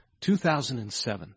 2007